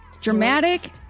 Dramatic